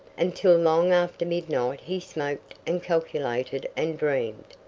until long after midnight he smoked and calculated and dreamed.